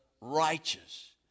righteous